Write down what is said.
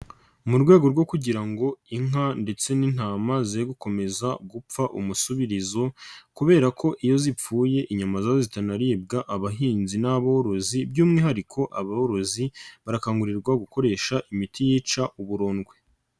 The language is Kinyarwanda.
Mu rwego rwo kugira ngo inka ndetse n'intama ze gukomeza gupfa umusubirizo kubera ko iyo zipfuye inyama zitanaribwa abahinzi n'aborozi by'umwihariko aboborozi, barakangurirwa gukoresha imiti yica uburondwe.